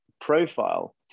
profile